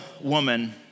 woman